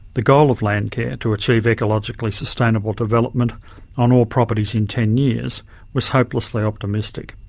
the goal of landcare to achieve ecologically sustainable development on all properties in ten years was hopelessly optimistic.